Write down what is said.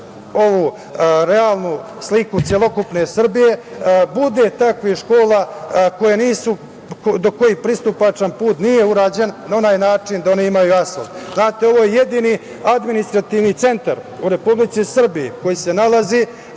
ovu realnu sliku celokupne Srbije, bude takvih škola do kojih pristupačan put nije urađen na onaj način da oni imaju asfalt. Znate, ovo je jedini administrativni centar u Republici Srbiji koji se nalazi